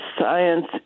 science